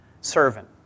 servant